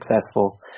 successful